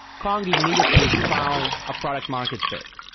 kong immediately found a product market fit,